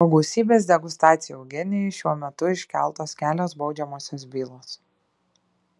po gausybės degustacijų eugenijui šiuo metu iškeltos kelios baudžiamosios bylos